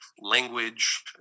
language